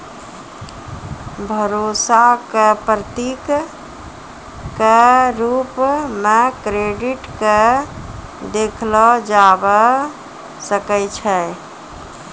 भरोसा क प्रतीक क रूप म क्रेडिट क देखलो जाबअ सकै छै